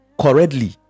correctly